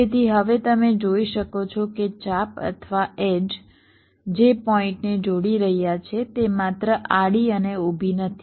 તેથી હવે તમે જોઈ શકો છો કે ચાપ અથવા એડ્જ જે પોઇન્ટને જોડી રહ્યા છે તે માત્ર આડી અને ઊભી નથી